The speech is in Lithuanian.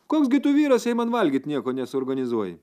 koks gi tu vyras jei man valgyt nieko nesuorganizuoji